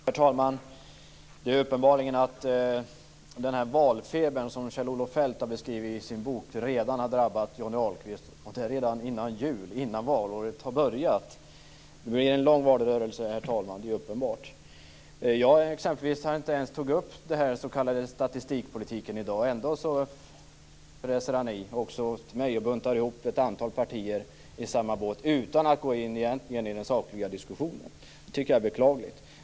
Herr talman! Det är uppenbarligen så att den valfeber som Kjell-Olof Feldt har beskrivit i sin bok har drabbat Johnny Ahlqvist - och det redan innan jul, innan valåret har börjat! Det blir en lång valrörelse, herr talman. Det är uppenbart. Jag har t.ex. inte ens tagit upp det här med den s.k. statistikpolitiken. Ändå fräser Johnny Ahlqvist i också mot mig. Han buntar ihop ett antal partier och sätter dem i samma båt utan att egentligen gå in i den sakliga diskussionen. Det tycker jag är beklagligt.